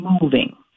moving